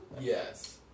Yes